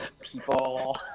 people